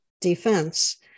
defense